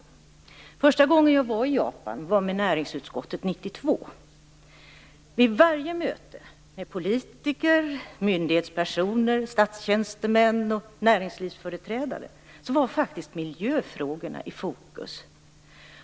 Jag var första gången i Japan med näringsutskottet 1992. Vid varje möte med politiker, myndighetspersoner, statstjänstemän och näringslivsföreträdare var miljöfrågorna i fokus.